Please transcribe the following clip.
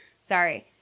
Sorry